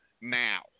now